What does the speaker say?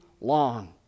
long